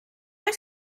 oes